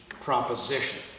proposition